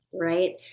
right